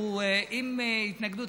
אם יש התנגדות,